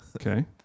Okay